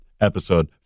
episode